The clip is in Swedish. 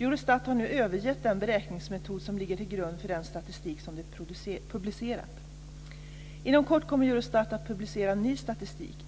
Eurostat har nu övergett den beräkningsmetod som ligger till grund för den statistik som de publicerat. Inom kort kommer Eurostat att publicera ny statistik.